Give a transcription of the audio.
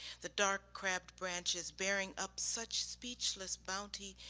the dark crabbed branches bearing up such speechless bounty.